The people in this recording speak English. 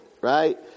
right